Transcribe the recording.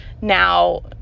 now